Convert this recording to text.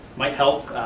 might help,